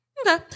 Okay